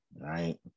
right